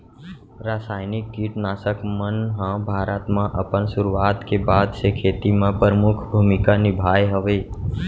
रासायनिक किट नाशक मन हा भारत मा अपन सुरुवात के बाद से खेती मा परमुख भूमिका निभाए हवे